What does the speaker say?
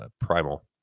primal